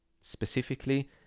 Specifically